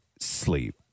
sleep